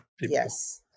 Yes